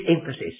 emphasis